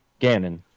Ganon